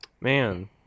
Man